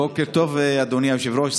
בוקר טוב אדוני היושב-ראש,